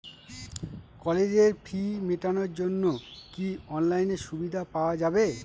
কলেজের ফি মেটানোর জন্য কি অনলাইনে সুবিধা পাওয়া যাবে?